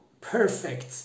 perfect